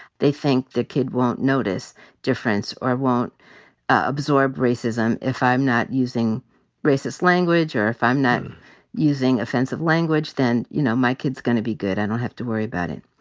they think the kid won't notice difference or won't absorb racism. if i'm not using racist language, or if i'm not using offensive language, then, you know, my kid's gonna be good. i don't have to worry about it.